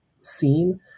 scene